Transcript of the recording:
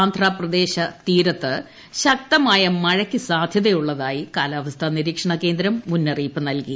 ആന്ധ്രപ്രദേശ് തീരത്ത് ബംഗാൾ ശക്തമായ മഴക്ക് സാധ്യതയുള്ളതായി കാലാവസ്ഥാ നിരീക്ഷണ കേന്ദ്രം മുന്നറിയിപ്പു നൽകി